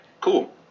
cool